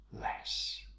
less